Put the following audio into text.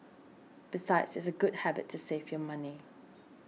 besides it's a good habit to save your money